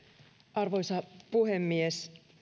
arvoisa puhemies